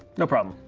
no problem.